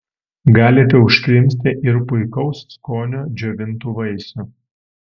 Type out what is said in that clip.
galite užkrimsti ir puikaus skonio džiovintų vaisių